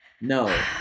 No